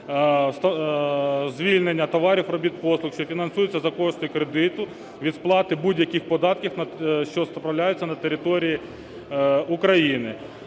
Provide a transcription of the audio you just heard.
звільнення товарів, робіт, послуг, що фінансуються за кошти кредиту, від сплати будь-яких податків, що справляються на території України.